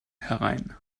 herein